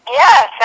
yes